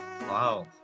Wow